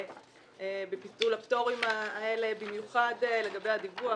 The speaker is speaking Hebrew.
בביטול הפטורים האלה במיוחד לגבי הדיווח.